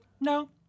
no